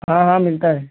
हाँ हाँ मिलता है